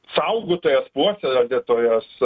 saugotojas puoselėtojas